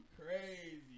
crazy